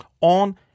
on